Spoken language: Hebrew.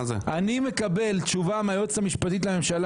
אני מקבל תשובה מהיועצת המשפטית לממשלה